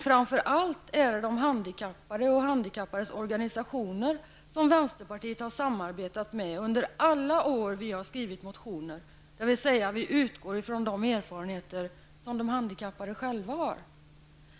Framför allt har vänsterpartiet samarbetat med de handikappade och de handikappades organisationer under alla de år vi har skrivit motioner. Vi utgår från de erfarenheter som de handikappade själva har.